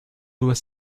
doit